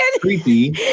Creepy